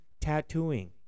Tattooing